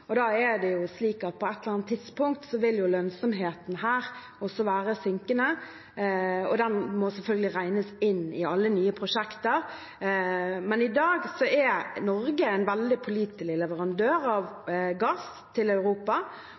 og i resten av verden. Da er det slik at lønnsomheten her på et eller annet tidspunkt vil være synkende, og den må selvfølgelig regnes inn i alle nye prosjekter. Men i dag er Norge en veldig pålitelig leverandør av gass til Europa,